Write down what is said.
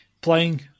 playing